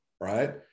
right